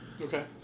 Okay